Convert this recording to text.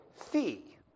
fee